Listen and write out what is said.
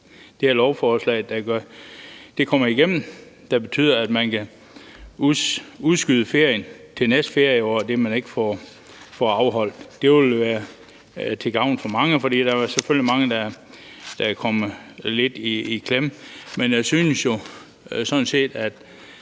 det her lovforslag kommer igennem. Det vil betyde, at man kan udskyde den ferie, man ikke får afholdt, til næste ferieår. Det vil være til gavn for mange, for der er selvfølgelig mange, der er kommet lidt i klemme. Jeg synes sådan set, at